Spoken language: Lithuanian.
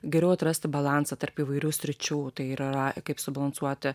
geriau atrasti balansą tarp įvairių sričių tai yra kaip subalansuoti